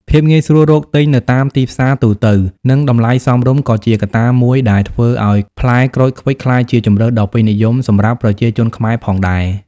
ភាពងាយស្រួលរកទិញនៅតាមទីផ្សារទូទៅ និងតម្លៃសមរម្យក៏ជាកត្តាមួយដែលធ្វើឲ្យផ្លែក្រូចឃ្វិចក្លាយជាជម្រើសដ៏ពេញនិយមសម្រាប់ប្រជាជនខ្មែរផងដែរ។